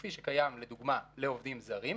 כפי שקיים לדוגמה לעובדים זרים,